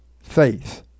faith